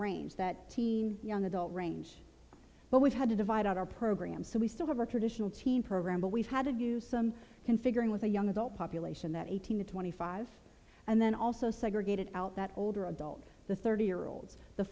range that young adult range but we've had to divide our program so we still have our traditional teen program but we've had to use some configuring with a young adult population that eighteen to twenty five and then also segregated out that older adult the thirty year olds the